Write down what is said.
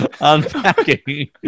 unpacking